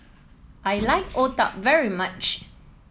I like Otah very much